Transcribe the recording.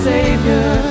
Savior